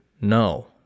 No